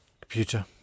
computer